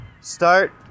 start